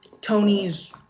Tony's